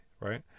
right